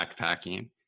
backpacking